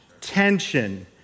tension